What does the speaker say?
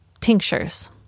tinctures